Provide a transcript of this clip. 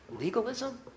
Legalism